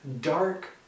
dark